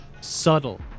subtle